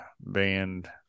band